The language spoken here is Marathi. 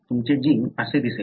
तुमचे जीन असे दिसेल